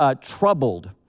troubled